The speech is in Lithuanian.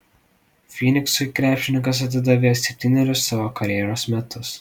fyniksui krepšininkas atidavė septynerius savo karjeros metus